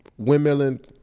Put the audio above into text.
windmilling